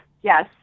Yes